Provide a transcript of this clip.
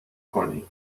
کنی